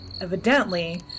Evidently